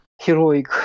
heroic